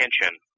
attention